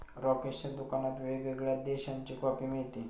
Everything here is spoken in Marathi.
राकेशच्या दुकानात वेगवेगळ्या देशांची कॉफी मिळते